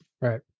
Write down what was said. right